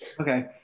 Okay